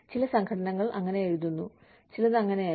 ചില സംഘടനകൾ അങ്ങനെ എഴുതുന്നു ചിലത് അങ്ങനെയല്ല